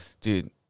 Dude